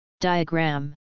Diagram